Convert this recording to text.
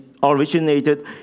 originated